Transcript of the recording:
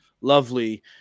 lovely